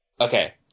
Okay